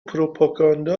پروپاگانده